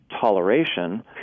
toleration